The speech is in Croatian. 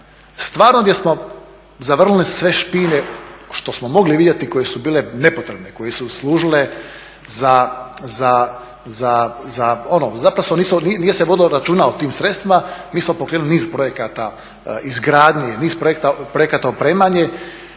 stvarno gdje smo zavrnuli sve špine što smo mogli vidjeti koje su bile nepotrebne, koje su služile za ono zapravo nije se vodilo računa o tim sredstvima mi smo pokrenuli niz projekata izgradnje, niz projekata opremanja